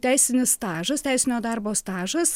teisinis stažas teisinio darbo stažas